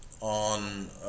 on